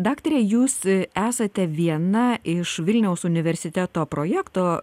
daktare jūs esate viena iš vilniaus universiteto projekto